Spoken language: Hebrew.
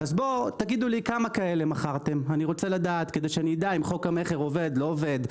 אז תגידו לי כמה כאלה מכרתם כדי שאני אדע אם חוק המכר עובד או לא עובד,